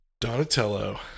Donatello